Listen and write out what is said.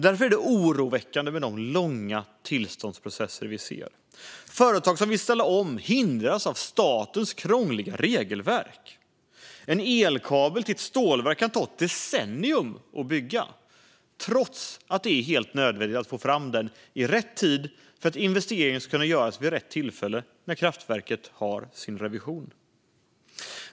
Därför är det oroväckande med de långa tillståndsprocesser vi ser. Företag som vill ställa om hindras av statens krångliga regelverk. En elkabel till ett stålverk kan ta ett decennium att bygga trots att det är helt nödvändigt att få fram den i rätt tid för att investeringen ska kunna göras vid rätt tillfälle, när kraftverket har sin revision.